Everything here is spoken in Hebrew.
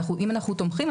אם אנחנו תומכים,